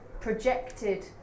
projected